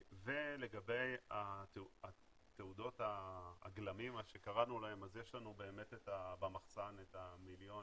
לגבי הגלמים, יש לנו באמת במחסן את ה-1 מיליון.